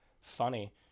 funny